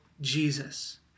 Jesus